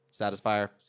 Satisfier